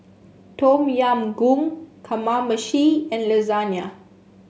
Tom Yam Goong Kamameshi and Lasagna